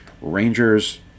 Rangers